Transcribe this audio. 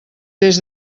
des